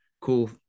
cool